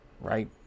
right